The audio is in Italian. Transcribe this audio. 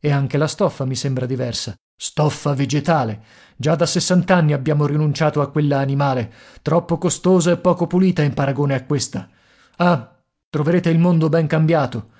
e anche la stoffa mi sembra diversa stoffa vegetale già da sessant'anni abbiamo rinunciato a quella animale troppo costosa e poco pulita in paragone a questa ah troverete il mondo ben cambiato